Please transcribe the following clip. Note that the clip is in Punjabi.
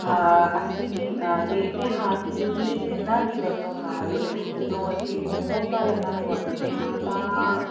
ਅਸੀਂ ਦੇਖਦੇ ਹਾਂ ਕਿ ਇਹਨਾਂ ਦੀ ਵਰਤੋਂ ਨਾਲ ਜਦੋਂ ਅਸੀਂ ਰਿਮੋਟ ਨਾਲ ਇਹਨਾਂ ਨੂੰ ਵਰਤਦੇ ਹਾਂ ਤਾਂ